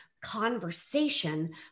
conversation